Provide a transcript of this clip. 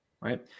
right